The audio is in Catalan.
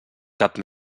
cap